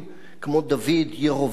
ירבעם השני,